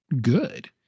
good